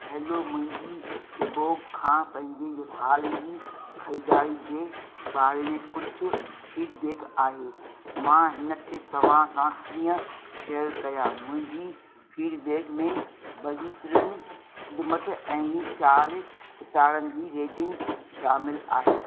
hello मुंहिंजी Jabong खां पंहिंजे हाल जी ख़रीदारी जे बारे में कुझु फीडबैक आहे मां हिन खे तव्हां सां कीअं शेयर कयां मुंहिंजी फीडबैक में बहितरीनु खिदमत ऐं चारि सितारनि जी रेटिंग शामिल आहे